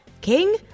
King